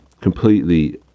completely